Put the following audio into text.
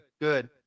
good